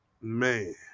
man